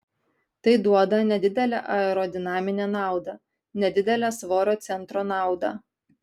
tai duoda nedidelę aerodinaminę naudą nedidelę svorio centro naudą